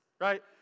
right